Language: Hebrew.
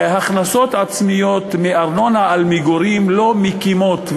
הכנסות עצמיות מארנונה על מגורים לא מקימות,